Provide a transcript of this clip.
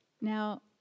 Now